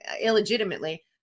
illegitimately